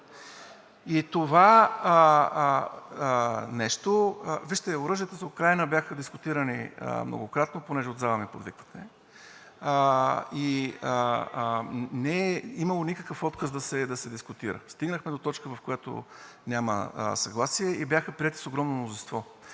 България“.) Вижте, оръжието за Украйна беше дискутирано многократно – понеже от залата ми подвиквате, и не е имало никакъв отказ да се дискутира. Стигнахме до точка, в която има съгласие, и бяха приети с огромно мнозинство